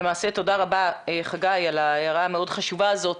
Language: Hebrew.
תודה רבה, חגי, על ההערה המאוד חשובה הזאת.